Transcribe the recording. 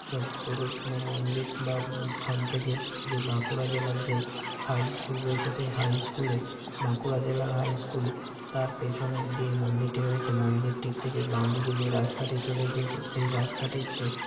সব পুরনো মন্দির বা সবথেকে যে বাঁকুড়া জেলার যে হাই স্কুল রয়েছে সেই হাই স্কুলের বাঁকুড়া জেলার হাই স্কুল তার পেছনে যেই মন্দিরটি রয়েছে মন্দিরটির থেকে বাঁদিকে যে রাস্তাটি চলে গিয়েছে সেই রাস্তাটিতে